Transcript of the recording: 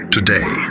Today